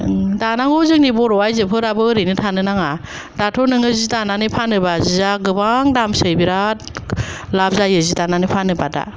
दानांगौ जोंनि बर' आइजोफोराबो ओरैनो थानो नाङा दाथ' नोङो जि दानानै फानोबा जिया गोबां दामसै बेराद लाब जायो जि दानानै फानोबा दा